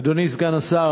אדוני סגן השר,